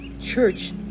church